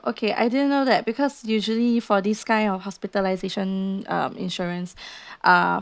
okay I didn't know that because usually for this kind of hospitalisation um insurance uh